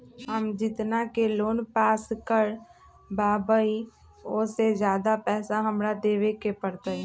हम जितना के लोन पास कर बाबई ओ से ज्यादा पैसा हमरा देवे के पड़तई?